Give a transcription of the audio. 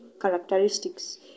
characteristics